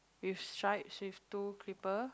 with stripes with two clipper